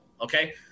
Okay